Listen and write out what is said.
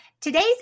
Today's